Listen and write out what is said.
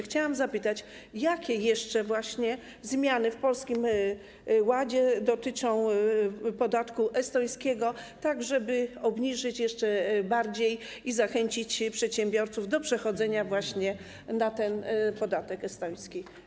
Chciałam zapytać, jakie jeszcze zmiany w Polskim Ładzie dotyczą podatku estońskiego, tak żeby obniżyć go jeszcze bardziej i zachęcić przedsiębiorców do przechodzenia właśnie na ten podatek estoński.